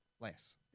less